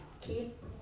keep